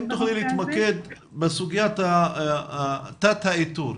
אם תוכלי להתמקד בסוגיית תת האיתור,